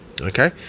Okay